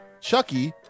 Chucky